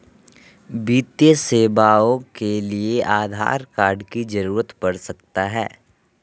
वित्तीय सेवाओं के लिए आधार कार्ड की जरूरत पड़ सकता है?